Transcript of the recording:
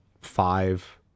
five